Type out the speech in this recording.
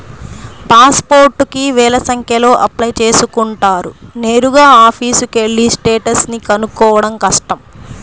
pass పోర్టుకి వేల సంఖ్యలో అప్లై చేసుకుంటారు నేరుగా ఆఫీసుకెళ్ళి స్టేటస్ ని కనుక్కోడం కష్టం